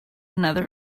another